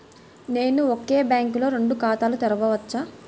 నేను ఒకే బ్యాంకులో రెండు ఖాతాలు తెరవవచ్చా?